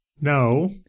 No